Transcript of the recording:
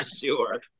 sure